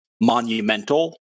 Monumental